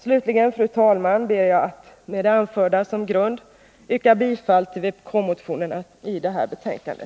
Slutligen, fru talman, ber jag att med det anförda som grund få yrka bifall till vpk-motionerna i detta betänkande.